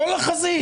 כל החזית,